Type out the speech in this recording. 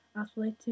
Athletic